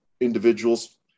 individuals